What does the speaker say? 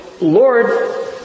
Lord